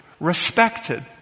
respected